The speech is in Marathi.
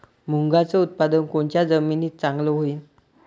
मुंगाचं उत्पादन कोनच्या जमीनीत चांगलं होईन?